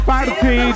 Party